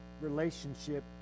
relationship